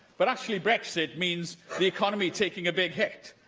but, actually, brexit means the economy taking a big hit.